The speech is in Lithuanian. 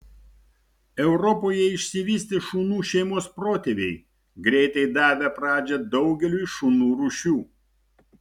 europoje išsivystė šunų šeimos protėviai greitai davę pradžią daugeliui šunų rūšių